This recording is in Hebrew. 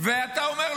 אתה יודע?